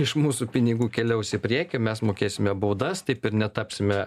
iš mūsų pinigų keliaus į priekį o mes mokėsime baudas taip ir netapsime